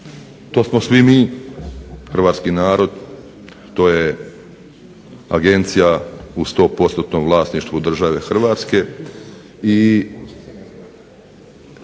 to smo svi mi, hrvatski narod, to je agencija u 100%-nom vlasništvu države Hrvatske